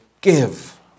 give